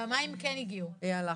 פעמיים הגיעו.